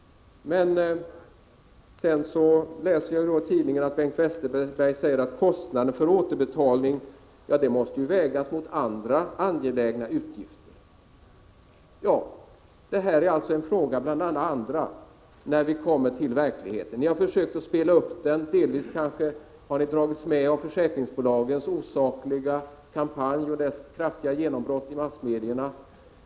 Men jag läser i tidningen att Bengt Westerberg säger att kostnaden för återbetalning måste vägas mot andra angelägna utgifter. Ja, det här är alltså en fråga bland alla andra när vi kommer till verkligheten. Ni har försökt ”spela upp” frågan. Ni har dragits med av försäkringsbolagens osakliga kampanj och dess kraftiga genombrott i massmedierna.